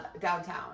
downtown